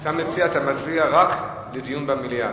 אתה מציע, אתה מצביע רק לדיון במליאה.